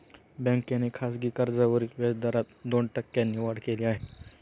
बँकेने खासगी कर्जावरील व्याजदरात दोन टक्क्यांनी वाढ केली आहे